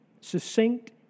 Succinct